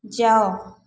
ଯାଅ